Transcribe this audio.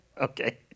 Okay